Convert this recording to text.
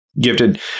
Gifted